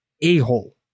a-hole